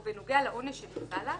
או בנוגע לעונש שנקבע לה,